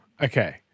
Okay